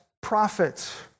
prophets